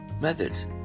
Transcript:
methods